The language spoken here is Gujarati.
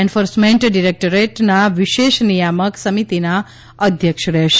એન્ફોર્સમેન્ટ ડિરેક્ટોરેટના વિશેષ નિયામક સમિતિના અધ્યક્ષ રહેશે